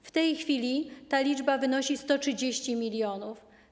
W tej chwili ta liczba wynosi 130 mln.